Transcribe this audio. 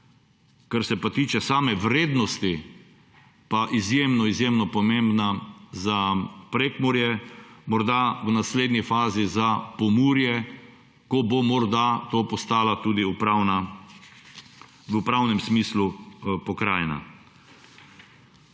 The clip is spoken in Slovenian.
kar se pa tiče same vrednosti, pa izjemno izjemno pomembna za Prekmurje, morda v naslednji fazi za Pomurje, ko bo morda to postala tudi v upravnem smislu pokrajina.